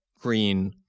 green